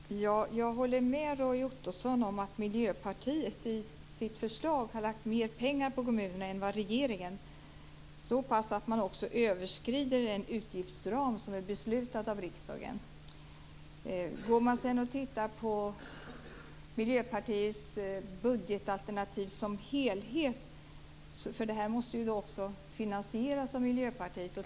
Herr talman! Jag håller med Roy Ottosson om att Miljöpartiet i sitt förslag har lagt mer pengar på kommunerna än vad regeringen har gjort - så pass att man också överskrider den utgiftsram som är beslutad av riksdagen. Sedan får man titta på Miljöpartiets budgetalternativ som helhet, för det här måste ju också finansieras av Miljöpartiet.